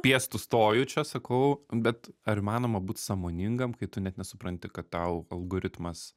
piestu stoju čia sakau bet ar įmanoma būt sąmoningam kai tu net nesupranti kad tau algoritmas